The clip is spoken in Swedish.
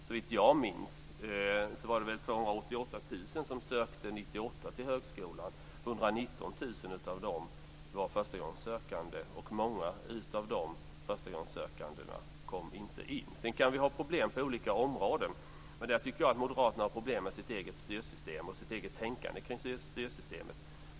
Såvitt jag minns var det 288 000 119 000 förstagångssökande, och många av dessa förstagångssökande kom inte in. Sedan kan vi ha problem på olika områden, men här tycker jag att Moderaterna har problem med sitt eget styrsystem och sitt eget tänkande kring detta.